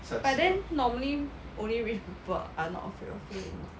but then normally only rich people are not afraid of failing